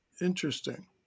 interesting